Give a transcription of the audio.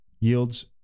yields